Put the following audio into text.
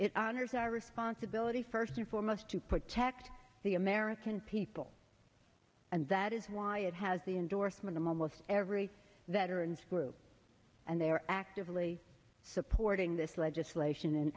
it honors our responsibility first and foremost to protect the american people and that is why it has the endorsement of almost every veterans group and they are actively supporting this legislation